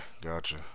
Gotcha